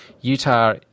Utah